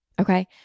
Okay